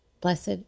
Blessed